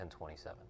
10.27